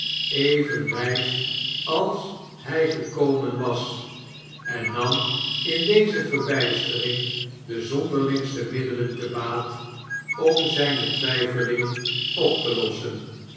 even wijs ls hij gekomen was en nam in deze verbijstering de zonderlingste middelen te baat om zijne twijfelingen op te lossen